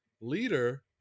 leader